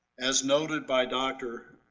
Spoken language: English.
as noted by dr.